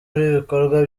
bikorwa